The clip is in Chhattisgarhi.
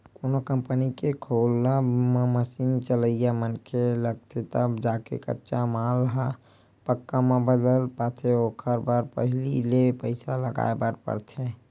कोनो कंपनी के खोलब म मसीन चलइया मनखे लगथे तब जाके कच्चा माल ह पक्का म बदल पाथे ओखर बर पहिली ले पइसा लगाय बर परथे